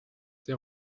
der